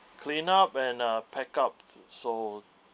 clean up and uh pick up so